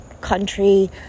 country